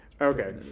okay